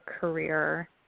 career